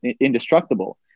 indestructible